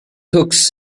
cooks